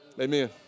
Amen